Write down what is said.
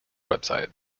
website